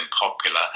popular